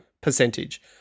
percentage